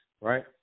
right